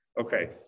Okay